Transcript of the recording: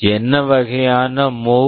என்ன வகையான move MOV